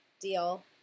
Deal